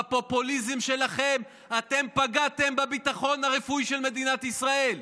בפופוליזם שלכם אתם פגעתם בביטחון הרפואי של מדינת ישראל.